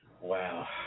wow